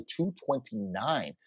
229